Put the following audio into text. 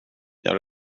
jag